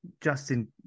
Justin